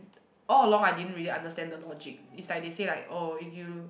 all along I didn't really understand the logic is like they say like oh if you